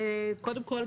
קודם כול,